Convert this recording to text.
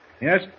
Yes